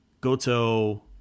Goto